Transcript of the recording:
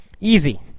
easy